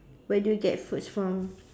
where do you get fruits from